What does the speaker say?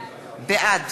בעד